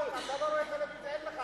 אתה לא רואה טלוויזיה, אין לך טלוויזיה.